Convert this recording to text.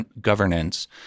governance